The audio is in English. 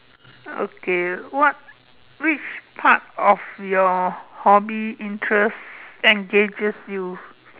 okay what which part of your hobbies interest engages you